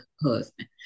husband